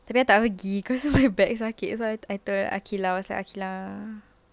tapi I tak pergi cause my back sakit so I was like okay lah okay lah